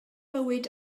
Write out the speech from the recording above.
bywyd